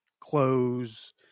clothes